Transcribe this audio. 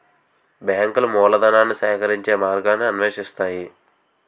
బ్యాంకులు మూలధనాన్ని సేకరించే మార్గాన్ని అన్వేషిస్తాయి